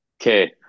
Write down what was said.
Okay